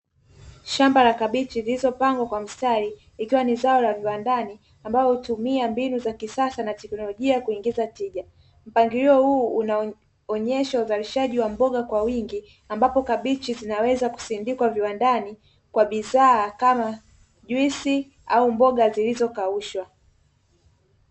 Shamba la kabichi zilizopangwa kwa mstari, ikiwa na zao la viwandani ambapo hutumika mbinu za kisasa na teknolojia kuingiza tija. Mpangilio huu unaonyesha uzalishaji wa mboga kwa wingi, ambapo kabichi zinaweza kusindikwa viwandani, kwa bidhaa kama juisi au mboga zilizokaushwa.